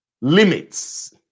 limits